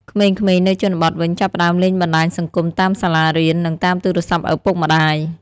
ក្មេងៗនៅជនបទវិញចាប់ផ្ដើមលេងបណ្ដាញសង្គមតាមសាលារៀន និងតាមទូរស័ព្ទឪពុកម្តាយ។